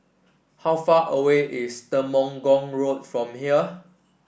how far away is Temenggong Road from here